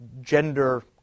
gender